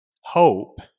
hope